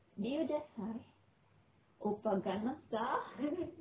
did you just sigh oppa gangnam style